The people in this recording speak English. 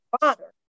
father